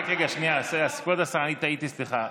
רק רגע, שנייה, כבוד השרה, אני טעיתי, סליחה.